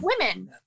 women